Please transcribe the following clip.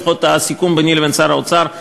לפחות הסיכום ביני לבין שר האוצר,